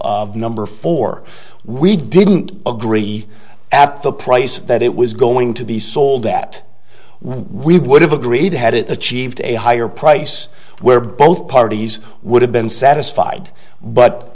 number four we didn't agree after the price that it was going to be sold that we would have agreed had it achieved a higher price where both parties would have been satisfied but